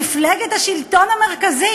מפלגת השלטון המרכזית,